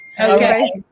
Okay